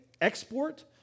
export